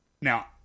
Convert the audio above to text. Now